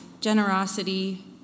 generosity